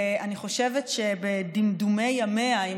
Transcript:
ואני חושבת שבדמדומי ימיה של הכנסת הזאת,